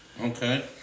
Okay